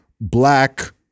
black